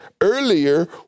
earlier